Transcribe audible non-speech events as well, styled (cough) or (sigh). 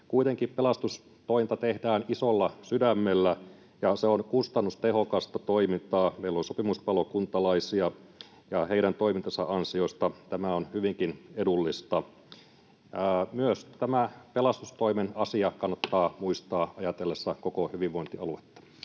Kuitenkin pelastustointa tehdään isolla sydämellä ja se on kustannustehokasta toimintaa. Meillä on sopimuspalokuntalaisia, ja heidän toimintansa ansiosta tämä on hyvinkin edullista. Myös tämä pelastustoimen asia kannattaa (noise) muistaa ajatellessa koko hyvinvointialuetta.